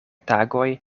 tagoj